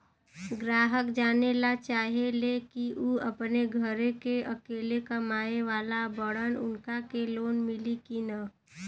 ग्राहक जानेला चाहे ले की ऊ अपने घरे के अकेले कमाये वाला बड़न उनका के लोन मिली कि न?